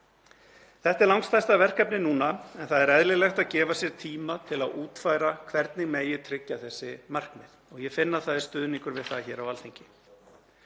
Þetta er langstærsta verkefnið núna en það er eðlilegt að gefa sér tíma til að útfæra hvernig megi tryggja þessi markmið og ég finn að það er stuðningur við það hér á Alþingi.